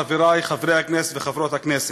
חברי חברי הכנסת וחברות הכנסת,